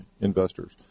investors